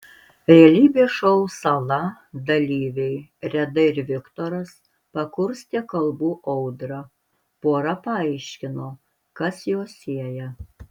realybės šou sala dalyviai reda ir viktoras pakurstė kalbų audrą pora paaiškino kas juos sieja